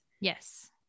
Yes